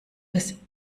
des